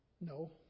No